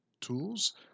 tools